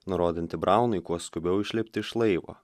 nurodanti braunui kuo skubiau išlipt iš laivo